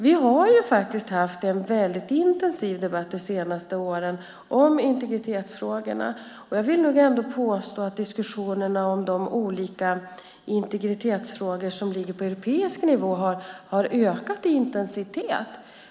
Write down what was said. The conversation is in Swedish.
Vi har ju haft en väldigt intensiv debatt de senaste åren om integritetsfrågorna, och jag vill nog påstå att diskussionerna om de olika integritetsfrågor som ligger på europeisk nivå har ökat i intensitet.